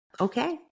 Okay